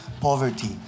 poverty